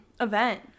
event